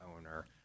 owner